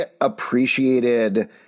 appreciated